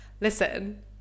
listen